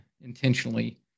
intentionally